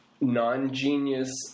non-genius